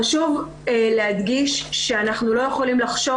חשוב להדגיש שאנחנו לא יכולים לחשוב